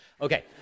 Okay